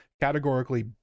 categorically